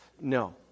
No